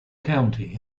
county